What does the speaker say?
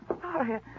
sorry